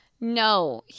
No